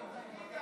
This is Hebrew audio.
תגיד,